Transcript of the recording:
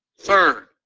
Third